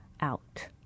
out